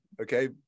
Okay